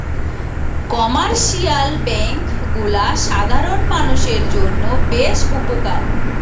commercial bank গুলা সাধারণ মানুষের জন্য বেশ উপকারী